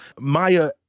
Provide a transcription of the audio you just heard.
Maya